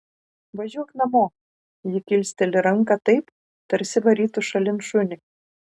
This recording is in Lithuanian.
važiuok namo ji kilsteli ranką taip tarsi varytų šalin šunį